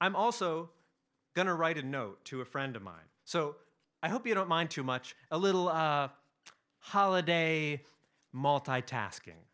i'm also going to write a note to a friend of mine so i hope you don't mind too much a little holiday multi tasking